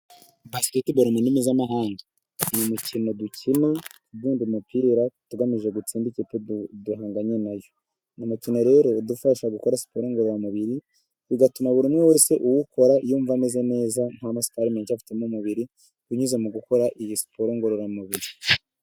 Basiketibolo mu ndimi z'amahanga. Ni umukino dukina tudunda umupira tugamije gutsinda ikipe duhanganye na yo. Ni umukino rero udufasha gukora siporo ngororamubiri bigatuma buri umwe wese uwukora yumva ameze neza nta masitari menshi afite mu mubiri, binyuze mu gukora iyi siporo ngororamubiri.